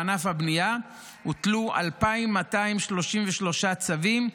בענף הבנייה הוטלו 2,233 צווים,